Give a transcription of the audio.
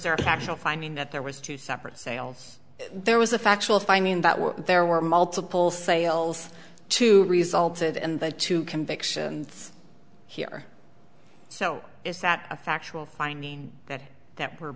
there actual finding that there was two separate sales there was a factual finding that there were multiple sales to resulted in the two conviction here so is that a factual finding that there were